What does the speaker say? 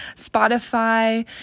Spotify